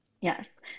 Yes